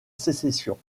sécession